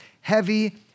heavy